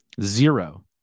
Zero